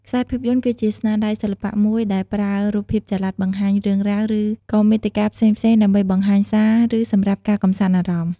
ខ្សែភាពយន្ត គឺជាស្នាដៃសិល្បៈមួយដែលប្រើរូបភាពចល័តបង្ហាញរឿងរ៉ាវ ឬក៏មាតិកាផ្សេងៗ ដើម្បីបង្ហាញសារ ឬ សម្រាប់ការកំសាន្តអារម្មណ៌។